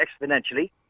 exponentially